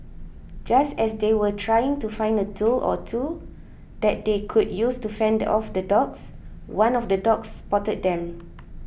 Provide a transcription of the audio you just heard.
just as they were trying to find a tool or two that they could use to fend off the dogs one of the dogs spotted them